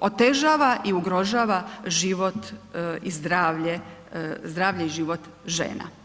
otežava i ugrožava život i zdravlje, zdravlje i život žena.